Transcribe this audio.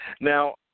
Now